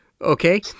Okay